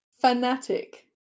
Fanatic